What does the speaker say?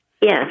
Yes